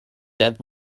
that